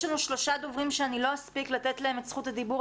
יש לנו שלושה דוברים שאני לא אספיק לתת להם את זכות הדיבור,